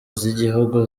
z’igihugu